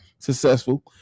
successful